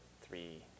three